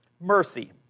mercy